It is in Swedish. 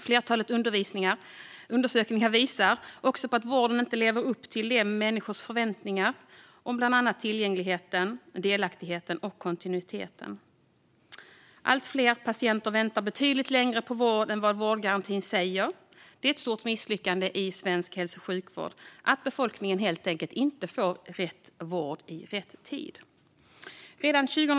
Flertalet undersökningar visar på att vården inte lever upp till människors förväntningar om bland annat tillgänglighet, delaktighet och kontinuitet. Allt fler patienter väntar betydligt längre på vård än vad vårdgarantin säger. De är ett stort misslyckande i svensk hälso och sjukvård att befolkningen helt enkelt inte får rätt vård i rätt tid. Fru talman!